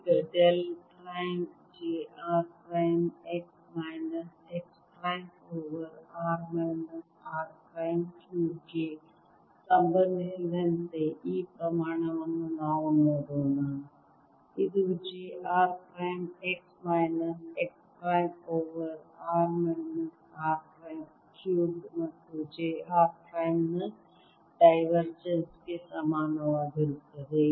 ಈಗ del prime j r prime x minus x prime over r minus r prime cube ಗೆ ಸಂಬಂಧಿಸಿದಂತೆ ಈ ಪ್ರಮಾಣವನ್ನು ನಾವು ನೋಡೋಣ ಇದು j r prime x minus x prime over r minus r prime cubed ಮತ್ತು j r prime ನ divergence ಗೆ ಸಮಾನವಾಗಿರುತ್ತದೆ